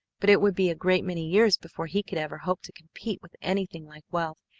but it would be a great many years before he could ever hope to compete with anything like wealth,